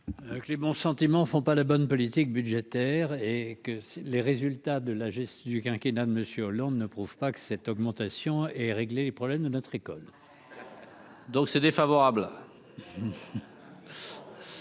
Avec les bons sentiments ne font pas la bonne politique budgétaire et que les résultats de la gestion du quinquennat de Monsieur Hollande ne prouve pas que cette augmentation est régler les problèmes de notre école. Donc c'est défavorable.